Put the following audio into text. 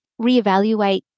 reevaluate